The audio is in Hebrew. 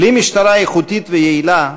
בלי משטרה איכותית ויעילה,